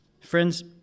Friends